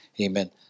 Amen